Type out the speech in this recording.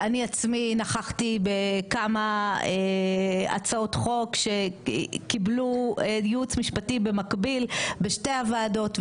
אני עצמי נכחתי בכמה הצעות חוק שקיבלו ייעוץ משפטי במקביל בשתי הוועדות.